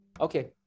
Okay